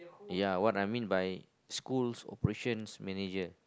ya what I mean by school's operations manager